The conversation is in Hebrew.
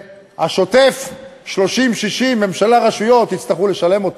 שהשוטף 30 60, ממשלה, רשויות יצטרכו לשלם אותו.